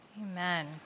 Amen